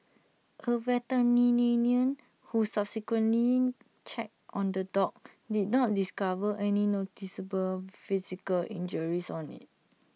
A veterinarian who subsequently checked on the dog did not discover any noticeable physical injuries on IT